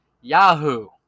Yahoo